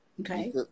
Okay